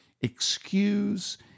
excuse